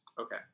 Okay